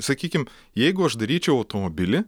sakykim jeigu aš daryčiau automobilį